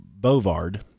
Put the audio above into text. Bovard